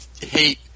hate